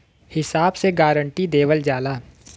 हिसाब से गारंटी देवल जाला